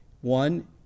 one